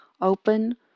open